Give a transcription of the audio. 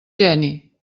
geni